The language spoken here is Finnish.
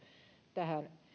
tähän